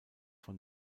von